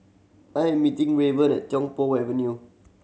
I am meeting Raven at Tiong Poh Avenue